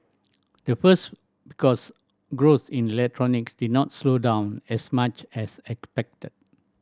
the first because growth in electronics did not slow down as much as expected